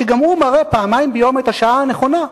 שגם הוא מראה פעמיים ביום את השעה הנכונה,